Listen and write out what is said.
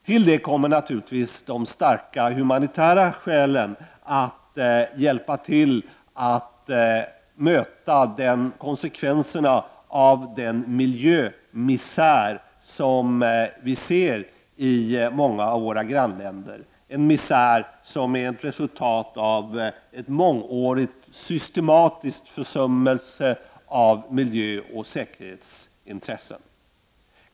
Till detta kommer naturligtvis de starka humanitära skälen, att hjälpa till att möta konsekvenserna av den miljömisär som vi ser i många av våra grannländer, en misär som är ett resultat av ett mångårigt systematiskt försummande av miljöoch säkerhetsintressen.